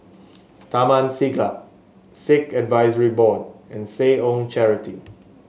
Taman Siglap Sikh Advisory Board and Seh Ong Charity